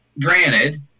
granted